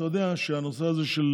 אתה יודע שהנושא הזה של